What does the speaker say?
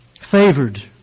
Favored